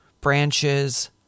branches